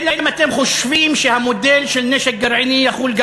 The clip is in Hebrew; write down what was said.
אני מבקש לאפשר לחבר הכנסת טיבי לומר את דברו,